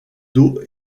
dos